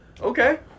Okay